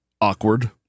awkward